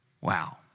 Wow